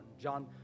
John